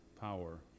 power